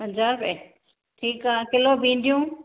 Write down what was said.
पंजाहु रुपए ठीकु आहे किलो भींडियूं